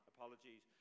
Apologies